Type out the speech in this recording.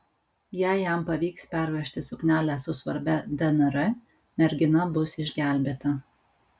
jei jam pavyks pervežti suknelę su svarbia dnr mergina bus išgelbėta